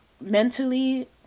mentally